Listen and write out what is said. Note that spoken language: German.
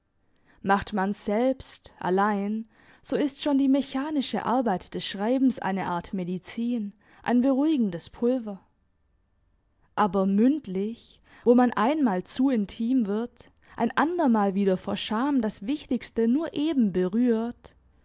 macht man's selbst allein so ist schon die mechanische arbeit des schreibens eine art medizin ein beruhigendes pulver aber mündlich wo man einmal zu intim wird ein andermal wieder vor scham das wichtigste nur eben berührt